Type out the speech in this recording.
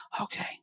Okay